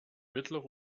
mittlere